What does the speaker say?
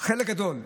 חלק גדול,